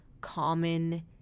common